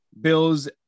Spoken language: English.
Bills